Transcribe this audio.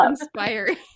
inspiring